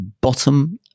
bottom